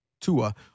Tua